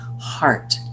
heart